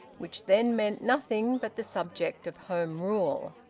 which then meant nothing but the subject of home rule.